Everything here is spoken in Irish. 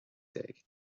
déag